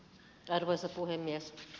arvoisa puhemies